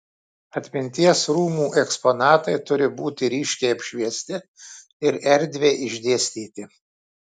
atminties rūmų eksponatai turi būti ryškiai apšviesti ir erdviai išdėstyti